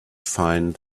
find